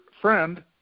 friend